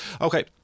Okay